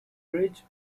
bridge